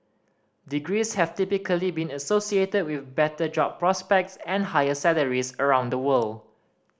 degrees have typically been associated with better job prospects and higher salaries around the world